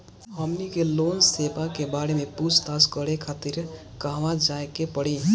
हमनी के लोन सेबा के बारे में पूछताछ करे खातिर कहवा जाए के पड़ी?